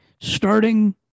starting